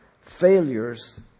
failures